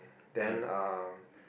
then uh